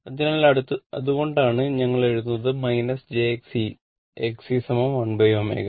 അതിനാൽ അതുകൊണ്ടാണ് ഞങ്ങൾ എഴുതുന്നത് jXC XC 1ω C